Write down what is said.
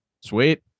Sweet